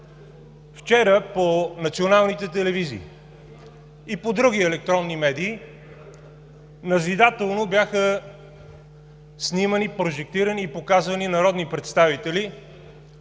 Вчера по националните телевизии и по други електронни медии назидателно бяха снимани, прожектирани и показвани народни представители,